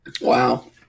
Wow